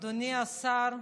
אדוני השר,